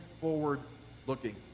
forward-looking